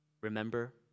Remember